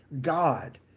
God